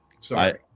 Sorry